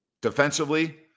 defensively